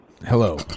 Hello